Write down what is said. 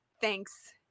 Thanks